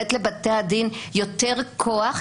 לתת לבתי הדין יותר כוח,